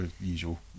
usual